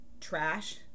trash